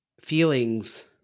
feelings